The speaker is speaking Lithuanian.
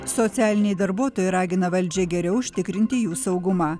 socialiniai darbuotojai ragina valdžią geriau užtikrinti jų saugumą